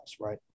right